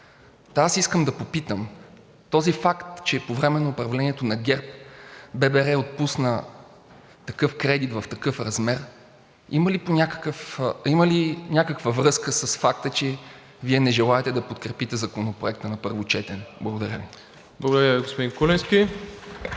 аз искам да попитам, този факт, че по време на управлението на ГЕРБ ББР отпусна такъв кредит в такъв размер, има ли някаква връзка с факта, че Вие не желаете да подкрепите Законопроекта на първо четене. Благодаря Ви. ПРЕДСЕДАТЕЛ МИРОСЛАВ ИВАНОВ: